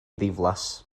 ddiflas